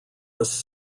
was